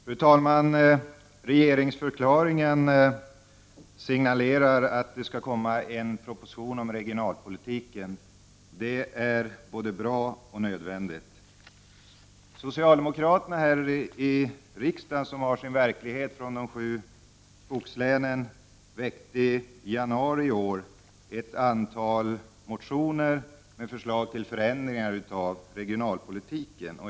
Fru talman! Regeringsförklaringen signalerar att det skall komma en proposition om regionalpolitiken, och det är både bra och nödvändigt. De socialdemokrater här i riksdagen som har sin verklighet i de sju skogslänen väckte i januari i år ett antal motioner med förslag till förändringar av regionalpolitiken.